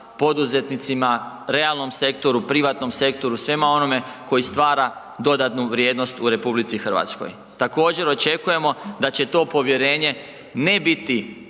poduzetnicima, realnom sektoru, privatnom sektoru, svemu onome koji stvari dodatnu vrijednost u RH. Također očekujemo da će to povjerenje ne biti